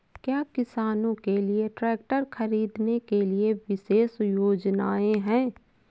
क्या किसानों के लिए ट्रैक्टर खरीदने के लिए विशेष योजनाएं हैं?